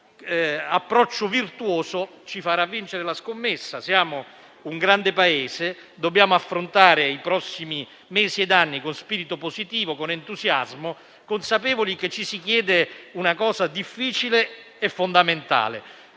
Questo approccio virtuoso ci farà vincere la scommessa. Siamo un grande Paese, dobbiamo affrontare i prossimi mesi ed anni con spirito positivo ed entusiasmo, consapevoli che ci si chiede una cosa difficile e fondamentale: